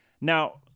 Now